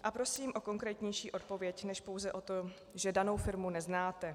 A prosím o konkrétnější odpověď než pouze o to, že danou firmu neznáte.